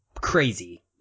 crazy